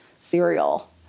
cereal